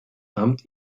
amt